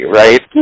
right